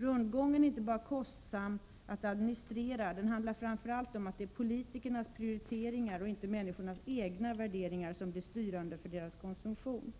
Rundgången är inte bara kostsam att administrera, utan den medför framför allt att det är politikernas prioriteringar och inte människornas egna värderingar som blir styrande för konsumtionen.